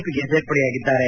ಪಿಗೆ ಸೇರ್ಪಡೆಯಾಗಿದ್ದಾರೆ